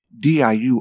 DIU